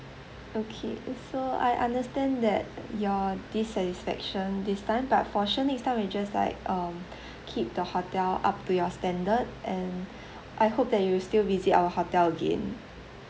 okay so I understand that your dissatisfaction this time but for sure next time we'll just like um keep the hotel up to your standard and I hope that you'll still visit our hotel gain